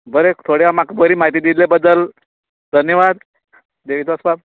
बरें थोड्याक म्हाका बरी म्हायती दिल्ल्या बद्दल धन्यवाद देविदास बाब